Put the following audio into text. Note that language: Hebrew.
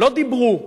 לא דיברו,